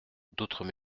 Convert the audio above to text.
d’autres